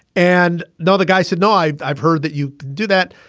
and. now, the guy said died. i've heard that you do that.